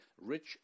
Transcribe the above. Rich